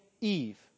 Eve